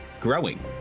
growing